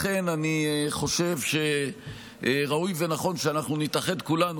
לכן אני חושב שראוי ונכון שנתאחד כולנו,